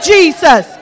Jesus